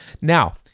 Now